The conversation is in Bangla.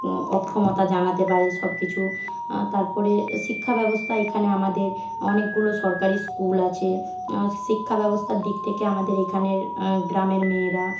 অক্ষমতা জানাতে পারে সবকিছু তারপরে শিক্ষা ব্যবস্থা এখানে আমাদের অনেকগুলো সরকারি স্কুল আছে শিক্ষা ব্যবস্থার দিক থেকে আমাদের এখানের গ্রামের মেয়েরা